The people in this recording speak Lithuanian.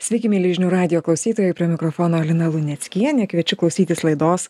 sveiki mieli žinių radijo klausytojai prie mikrofono lina luneckienė kviečiu klausytis laidos